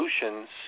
solutions